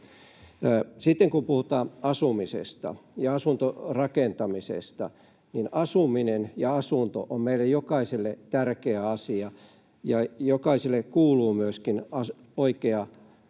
Sitten kun puhutaan asumisesta ja asuntorakentamisesta, niin asuminen ja asunto on meille jokaiselle tärkeä asia ja jokaiselle kuuluu oikea oma